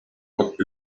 what